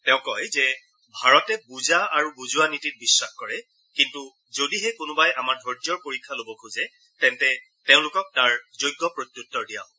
তেওঁ কয় যে ভাৰতে বুজা আৰু বুজোৱা নীতিত বিশ্বাস কৰে কিন্তু যদিহে কোনোবাই আমাৰ ধৈৰ্য্যৰ পৰীক্ষা ল'ব খোজে তেন্তে তেওঁলোকক তাৰ যোগ্য প্ৰত্যুত্তৰ দিয়া হ'ব